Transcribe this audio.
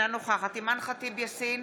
אינה נוכחת אימאן ח'טיב יאסין,